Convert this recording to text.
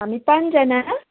हामी पाँचजना